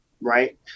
Right